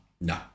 No